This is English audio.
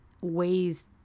ways